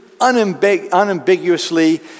unambiguously